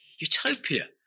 utopia